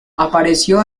apareció